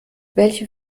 welche